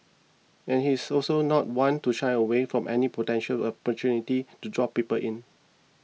and he is also not one to shy away from any potential opportunity to draw people in